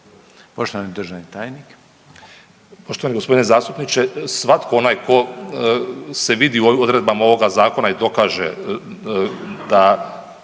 Poštovani državni tajnik.